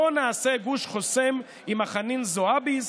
לא נעשה גוש חוסם עם חנין זועביז,